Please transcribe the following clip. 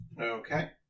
Okay